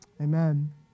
Amen